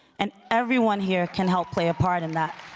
and everyone here can help play a part in that.